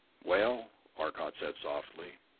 well, arcot said softly.